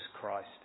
christ